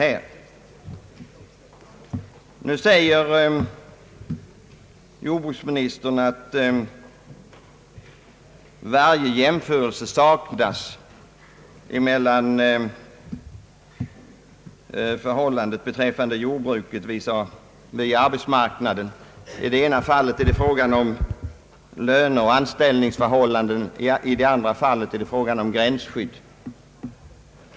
Jordbruksministern säger nu att det inte är möjligt att göra en jämförelse mellan förhållandena här för jordbruket och förhållandena för arbetsmarknaden i övrigt. I det ena fallet är det fråga om löner och anställningsförhållanden — i det andra fallet om gränsskydd.